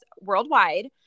worldwide